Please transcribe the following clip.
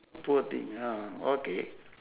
poor thing ah okay